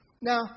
Now